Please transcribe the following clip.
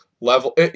level